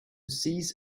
cease